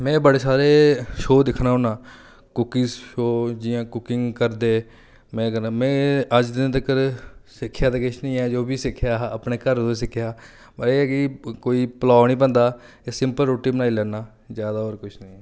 ते में बड़े सारे शो दिक्खना होन्ना कूकीज शो जियां कुकिंग करदे में दिन में अज्ज दिन तगर सिक्खेआ ते किश निं ऐ जो बी सिक्खेआ हा अपने घरै दा सिक्खेआ हा एह् ऐ की कोई पुलाव निं बनदा एह् सिंपल रुट्टी बनाई लैन्ना जैदा होर किश निं